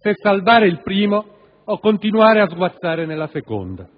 se salvare il primo o continuare a sguazzare nella seconda.